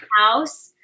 House